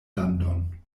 landon